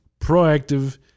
proactive